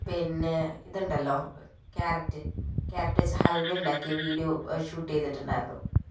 പിന്നെ ഇതുണ്ടല്ലോ carrot carrot വെച്ച് ഹൽവയുണ്ടാക്കി വീഡിയോ ഷൂട്ട് ചെയ്തിട്ടുണ്ടായിരുന്നു